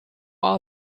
are